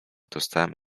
dostałem